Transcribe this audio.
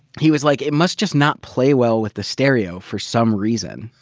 he was like, it must just not play well with the stereo for some reason.